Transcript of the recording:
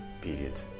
period